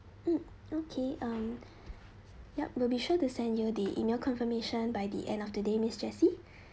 mm okay um yup will be sure to send you the email confirmation by the end of the day miss jessie